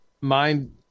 mind